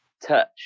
touch